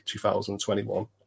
2021